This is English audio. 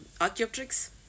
Archaeopteryx